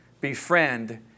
befriend